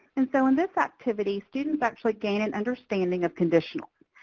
and so in this activity, students actually gain an understanding of conditionals.